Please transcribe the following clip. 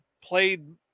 played